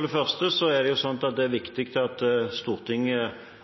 det første er det viktig at Stortinget og regjeringen bevilger penger til kommunene sånn at